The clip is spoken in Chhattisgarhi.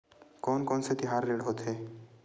कोन कौन से तिहार ऋण होथे?